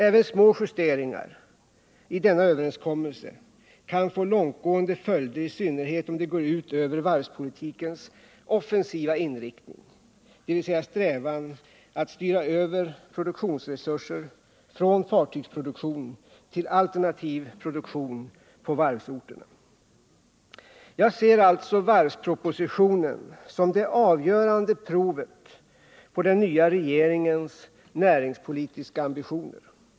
Även små justeringar i denna överenskommelse kan få långtgående följder, i synnerhet om de går ut över varvspolitikens offensiva inriktning, dvs. strävan att styra över produktionsresurser från fartygsproduktion till alternativ produktion på varvsorterna. Jag ser alltså varvspropositionen som det avgörande provet på den nya regeringens näringspolitiska ambitioner.